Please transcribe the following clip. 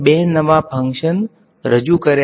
They satisfy these two equations